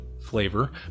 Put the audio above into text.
flavor